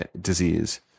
disease